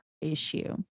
issue